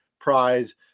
prize